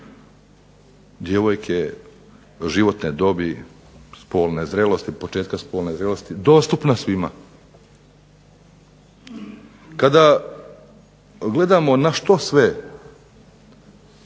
djevojke životne dobi početka spolne zrelosti dostupna svima. Kada gledamo na što sve